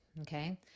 Okay